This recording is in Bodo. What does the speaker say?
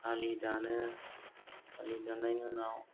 आलि दानो आलि दान्नायनि उनाव